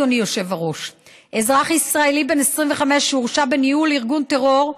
אדוני היושב-ראש: אזרח ישראל בן 25 שהורשע בניהול ארגון טרור,